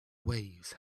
waves